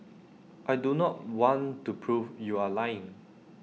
I do not want to prove you are lying